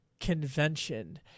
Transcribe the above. convention